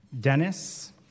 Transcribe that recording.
Dennis